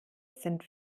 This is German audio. sind